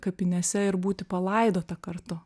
kapinėse ir būti palaidota kartu